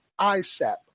ISAP